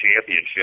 championship